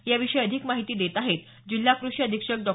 याविषयी अधिक माहिती देत आहेत जिल्हा कृषी अधीक्षक डॉ